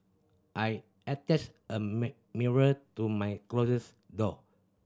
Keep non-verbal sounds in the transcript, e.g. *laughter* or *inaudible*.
I attached a *unintelligible* mirror to my closet door